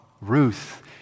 Ruth